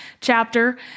chapter